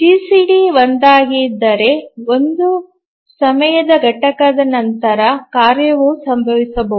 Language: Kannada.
ಜಿಸಿಡಿ ಒಂದಾಗಿದ್ದರೆ ಒಂದು ಸಮಯದ ಘಟಕದ ನಂತರ ಕಾರ್ಯವು ಸಂಭವಿಸಬಹುದು